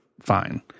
fine